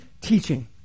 teaching